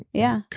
yeah.